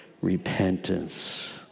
repentance